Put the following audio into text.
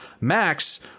Max